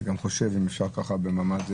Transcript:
אני גם חושב אם אפשר להגיד את זה במעמד הזה